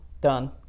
done